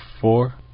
four